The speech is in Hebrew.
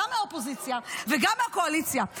גם לאופוזיציה וגם לקואליציה,